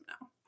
now